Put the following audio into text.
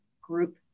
group